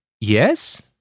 Yes